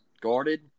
guarded